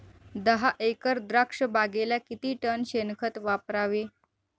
दहा एकर द्राक्षबागेला किती टन शेणखत वापरावे?